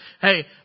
hey